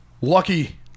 Lucky